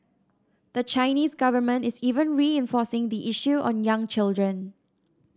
the Chinese government is even reinforcing the issue on young children